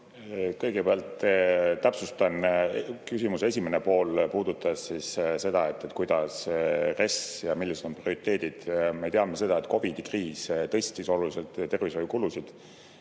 Kõigepealt täpsustan. Küsimuse esimene pool puudutas seda, et kuidas RES ja millised on prioriteedid. Me teame seda, et COVID‑i kriis tõstis oluliselt tervishoiukulusid.